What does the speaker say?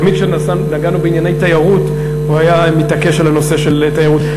תמיד כשנגענו בענייני תיירות היה מתעקש על הנושא של תיירות.